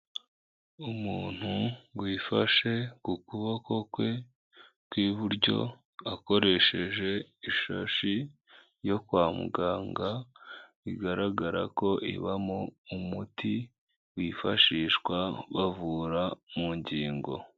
Umuntu wifashe ku kuboko kwe kw'iburyo akoresheje ishashi yo kwa muganga bigaragara ko ibamo umuti wifashishwa bavura mu ngingo.